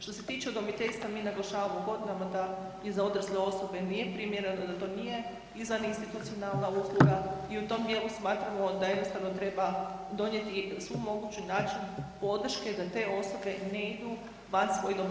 Što se tiče udomiteljstva, mi naglašavamo godinama da i za odrasle osobe nije primjereno, da to nije izvaninstitucionalna usluga i u tom djelu smatramo da jednostavno treba donijeti sav mogući način podrške da te osobe ne idu van svoga doma.